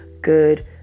good